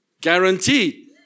guaranteed